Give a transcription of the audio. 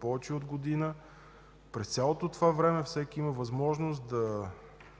повече от година. През цялото това време всеки има възможност да